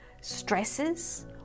stresses